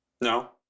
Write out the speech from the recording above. no